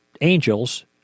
angels